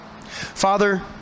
Father